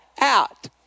out